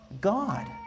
God